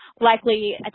likely